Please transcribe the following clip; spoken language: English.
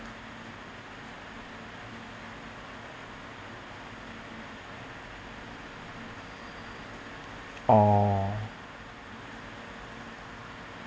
oh